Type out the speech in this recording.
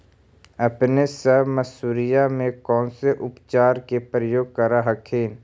अपने सब मसुरिया मे कौन से उपचार के प्रयोग कर हखिन?